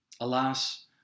Alas